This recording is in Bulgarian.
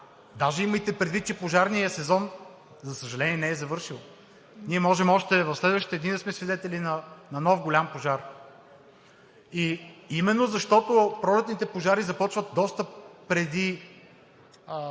сега. Имайте предвид, че пожарният сезон, за съжаление, не е завършил. Ние може още в следващите дни да сме свидетели на нов голям пожар и именно защото пролетните пожари започват доста преди